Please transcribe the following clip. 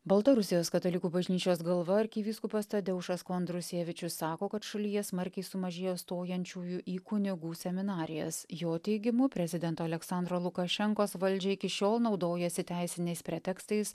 baltarusijos katalikų bažnyčios galva arkivyskupas tadeušas kondrusėvičius sako kad šalyje smarkiai sumažėjo stojančiųjų į kunigų seminarijas jo teigimu prezidento aleksandro lukašenkos valdžia iki šiol naudojasi teisiniais pretekstais